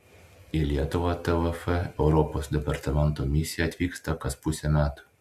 į lietuvą tvf europos departamento misija atvyksta kas pusę metų